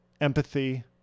empathy